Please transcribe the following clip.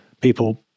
people